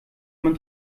man